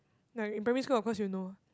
like in primary school of course you'll know